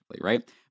right